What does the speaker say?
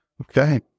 Okay